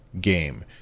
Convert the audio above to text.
game